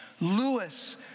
Lewis